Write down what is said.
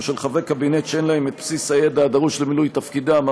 של חברי קבינט שאין להם את בסיס הידע הדרוש למילוי תפקידם".